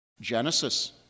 Genesis